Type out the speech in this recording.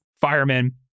firemen